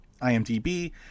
IMDb